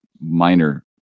minor